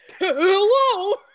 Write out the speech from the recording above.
Hello